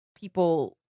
people